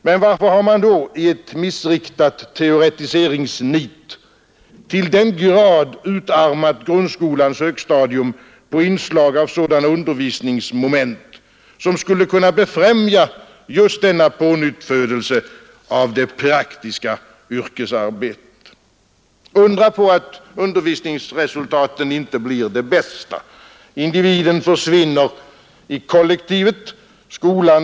Men varför har man då i ett missriktat teoretiseringsnit till den grad utarmat grundskolans högstadium på inslag av sådana undervisningsmoment som skulle kunna befrämja just denna pånyttfödelse av det praktiska yrkesarbetet? Undra på att undervisningsresultaten inte blir de bästa. Individen försvinner i kollektivet.